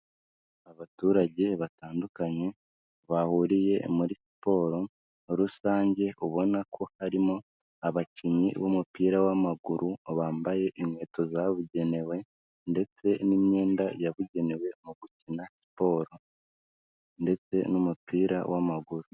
Abaturage batandukanye bahuriye muri siporo rusange ubona ko harimo abakinnyi b'umupira w'amaguru bambaye inkweto zabugenewe ndetse n'imyenda yabugenewe mu gukina siporo ndetse n'umupira w'amaguru.